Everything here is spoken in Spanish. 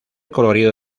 colorido